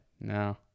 no